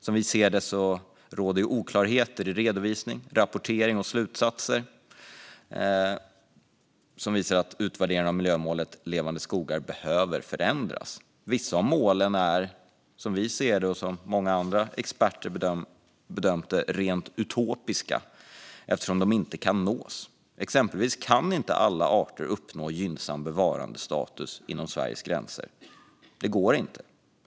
Som vi ser det finns oklarheter i redovisning, rapportering och slutsatser, vilket visar att utvärderingen av miljömålet Levande skogar behöver förändras. Vissa av målen är, som vi ser det och som många experter bedömt det, rent utopiska eftersom de inte kan nås. Exempelvis kan inte alla arter uppnå gynnsam bevarandestatus inom Sveriges gränser. Det går inte.